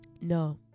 No